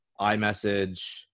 iMessage